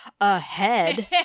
ahead